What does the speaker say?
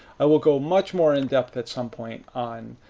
i will go much more in depth at some point on